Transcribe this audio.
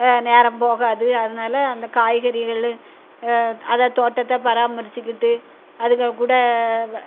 நேரம் போக அது அதனால அந்த காய்கறிகள் அதை தோட்டத்தை பராமரிச்சிக்கிட்டு அதுங்க கூட